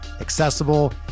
accessible